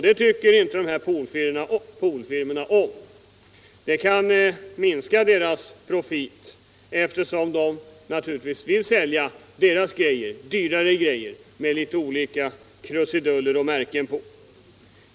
Det tycker inte poolfirmorna om. Det kan minska deras profit. De vill naturligtvis sälja sina dyrare grejor med olika krusiduller och märken på.